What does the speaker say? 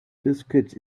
biscuit